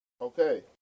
Okay